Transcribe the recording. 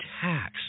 tax